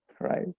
right